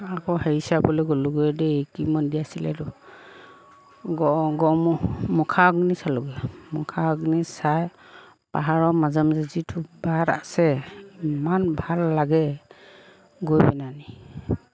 আকৌ হেৰি চাবলৈ গ'লোঁগৈ দেই কি মন্দিৰ আছিলে এইটো গড় গড়মুখ মুখাগ্নি চালোঁগৈ মুখাগ্নি চাই পাহাৰৰ মাজে মাজে যিটো বাট আছে ইমান ভাল লাগে গৈ পিনাইনি